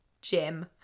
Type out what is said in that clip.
Jim